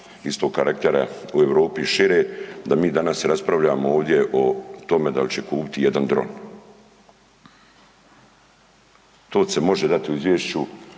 istog karaktera u Europi i šire, da mi danas raspravljamo o tome da li će kupiti jedan dron. To je se moglo dati u izvješću